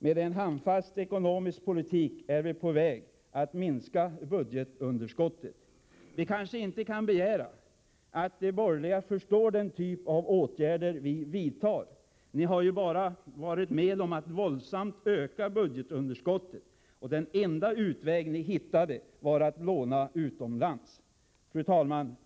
Med en handfast ekonomisk politik är vi på väg att minska budgetunderskottet. Vi kanske inte kan begära att de borgerliga förstår den typ av åtgärder vi vidtar. Ni har ju bara varit med om att våldsamt öka budgetunderskottet. Den enda utväg ni hittade var att låna utomlands. Fru talman!